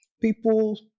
people